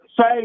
say